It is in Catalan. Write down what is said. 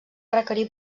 requerir